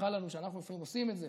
ימחל לנו שאנחנו לפעמים עושים את זה,